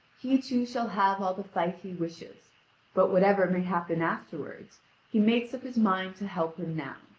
he too shall have all the fight he wishes but whatever may happen afterwards he makes up his mind to help him now.